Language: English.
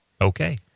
Okay